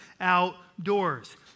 outdoors